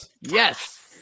Yes